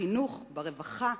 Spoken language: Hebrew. וגם יקרים, בחינוך, ברווחה,